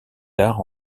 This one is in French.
tard